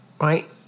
right